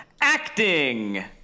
acting